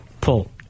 pull